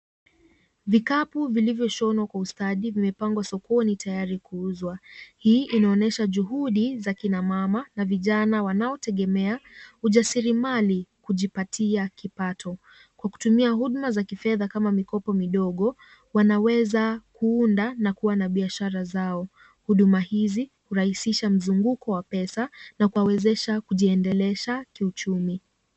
Vikapu vilivyoshonwa kwa ustadi vimepangwa sokoni tayari kuuzwa. Hii inaonyesha juhudi za kina mama na vijana wanaotegemea ujasiri mali kujipatia kipato. Kwa kutumia huduma za kifedha kama mikopo midogo, wanaweza kuunda na kuwa na biashara zao. Huduma hizi hurahisisha mzunguko wa pesa na kuwawezesha kujiendeleza kiuchumi.